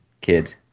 kid